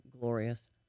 glorious